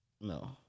No